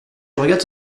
regardes